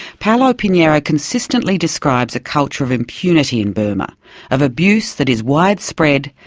paulo pinherio consistently describes a culture of impunity in burma of abuse that is widespread,